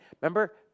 Remember